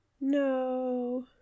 No